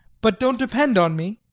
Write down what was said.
but don't depend on me.